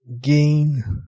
gain